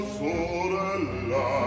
sorella